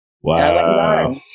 Wow